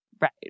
Right